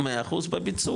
מאה אחוז בביצוע,